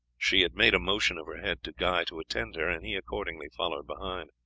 she had made a motion of her head to guy to attend her, and he accordingly followed behind.